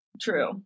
True